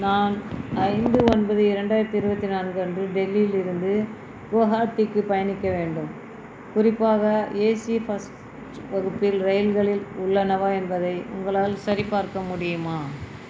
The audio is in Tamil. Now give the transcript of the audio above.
நான் ஐந்து ஒன்பது இரண்டாயிரத்தி இருபத்தி நான்கு அன்று டெல்லியிலிருந்து குவஹாத்திக்கு பயணிக்க வேண்டும் குறிப்பாக ஏசி ஃபர்ஸ்ட் வகுப்பில் இரயில்களில் உள்ளனவா என்பதை உங்களால் சரிபார்க்க முடியுமா